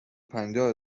پنجاه